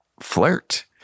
flirt